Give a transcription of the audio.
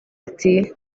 ati